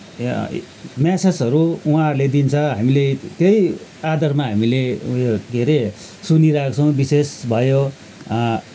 मेसेजहरू उहाँहरूले दिन्छ हामीले त्यही आधारमा हामीले उयो के अरे सुनिरहेको छौँ विशेष भयो